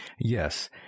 Yes